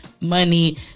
money